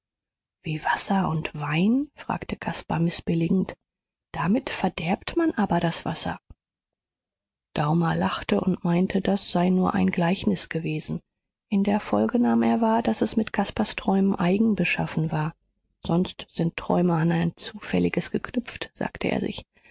wie wasser und wein fragte caspar mißbilligend damit verderbt man aber das wasser daumer lachte und meinte das sei nur ein gleichnis gewesen in der folge nahm er wahr daß es mit caspars träumen eigen beschaffen war sonst sind träume an ein zufälliges geknüpft sagte er sich